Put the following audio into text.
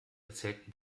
erzählten